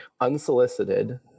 unsolicited